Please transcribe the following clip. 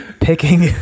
Picking